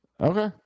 Okay